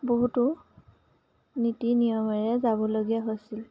বহুতো নীতি নিয়মৰে যাবলগীয়া হৈছিল